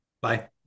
Bye